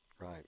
right